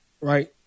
right